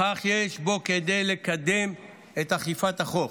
בכך יש בו כדי לקדם את אכיפת החוק.